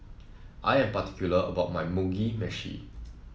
I am particular about my Mugi Meshi